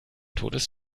totes